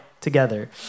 together